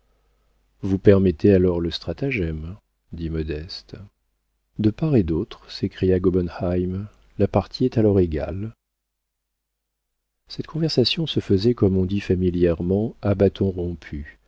vous permettez alors le stratagème dit modeste de part et d'autre s'écria gobenheim la partie est alors égale cette conversation se faisait comme on dit familièrement à bâtons rompus